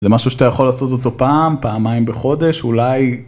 זה משהו שאתה יכול לעשות אותו פעם פעמיים בחודש אולי.